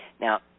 Now